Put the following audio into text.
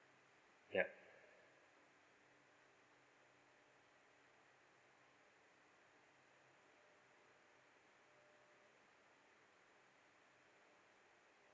yup